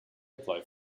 apply